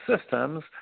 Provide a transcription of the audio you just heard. systems